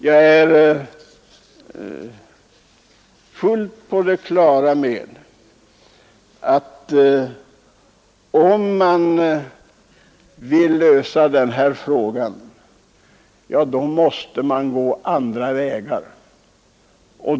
Jag är helt på det klara med, att om vi skall kunna lösa de frågor det här gäller, så måste vi gå andra vägar.